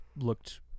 looked